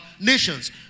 nations